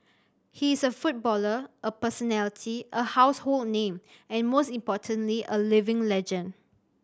he is a footballer a personality a household name and most importantly a living legend